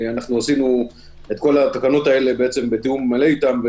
אנחנו עשינו את כל התקנות האלה בתיאום מלא אתם,